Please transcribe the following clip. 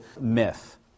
myth